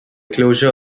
closure